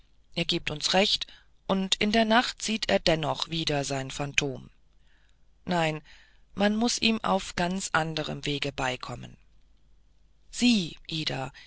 er gibt uns recht und in der nacht sieht er dennoch wieder sein phantom nein man muß ihm auf ganz anderem wege beikommen sie ida